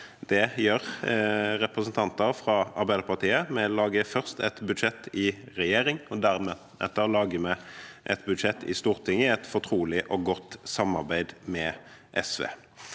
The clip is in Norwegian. det gjør representanter fra Arbeiderpartiet. Vi lager først et budsjett i regjering, og deretter lager vi et budsjett i Stortinget, i et fortrolig og godt samarbeid med SV.